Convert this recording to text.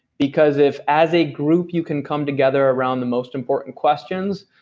because if as a group you can come together around the most important questions,